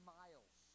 miles